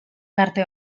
tarte